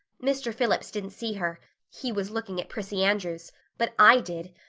mr. phillips didn't see her he was looking at prissy andrews but i did.